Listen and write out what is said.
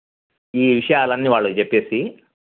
ఈ విషయాలు అన్నీ వాళ్ళకు చేప్పి